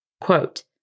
quote